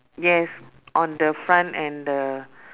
yes on the front and the